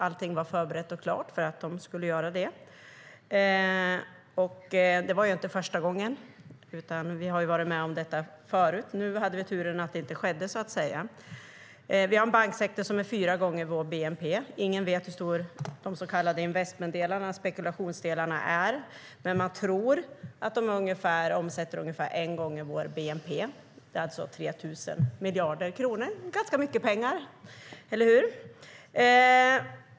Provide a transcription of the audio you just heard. Allting var förberett och klart för att de skulle göra det, och det var inte första gången - vi har varit med om detta förut. Nu hade vi turen att det inte skedde. Vi har en banksektor som är fyra gånger vår bnp. Ingen vet hur stora de så kallade investmentdelarna och spekulationsdelarna är, men man tror att de omsätter ungefär motsvarande vår bnp, alltså 3 000 miljarder kronor. Det är ganska mycket pengar, eller hur?